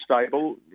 stable